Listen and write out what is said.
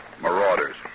marauders